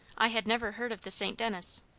i had never heard of the st. denis,